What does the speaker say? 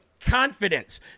confidence